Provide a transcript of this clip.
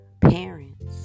parents